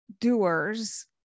doers